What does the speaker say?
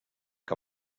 que